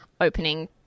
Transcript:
opening